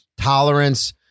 tolerance